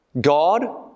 God